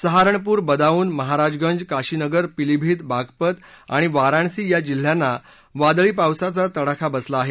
सहारणपूर बदाऊन महाराजगंज काशिनगर पिलिभित बाघपत आणि वाराणसी या जिल्ह्यांना वादळी पावसाचा तडाखा बसला आहे